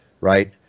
right